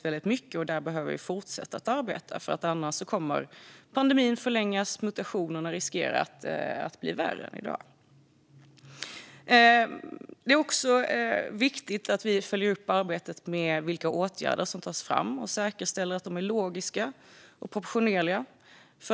Vi behöver fortsätta detta arbete - annars kommer pandemin att förlängas, och mutationerna riskerar att bli värre än i dag. Det är också viktigt att vi följer upp arbetet med de åtgärder som tas fram och säkerställer att de är logiska och proportionerliga.